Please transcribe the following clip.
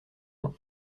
nom